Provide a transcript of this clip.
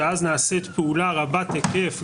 ואז נעשית פעולה רבת היקף,